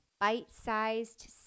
bite-sized